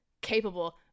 capable